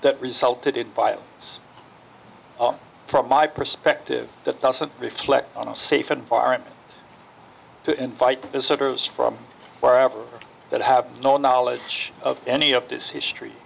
that resulted in by us from my perspective that doesn't reflect on a safe environment to invite visitors from wherever that have no knowledge of any of this history